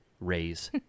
raise